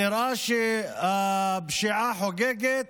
נראה שהפשיעה חוגגת,